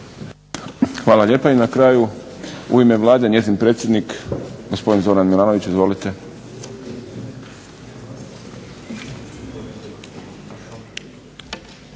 Hvala lijepa. I na kraju u ime Vlade njezin predsjednik gospodin Zoran Milanović. Izvolite.